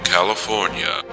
California